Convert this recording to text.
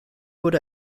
wurde